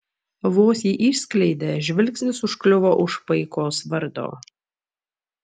vos jį išskleidė žvilgsnis užkliuvo už paikos vardo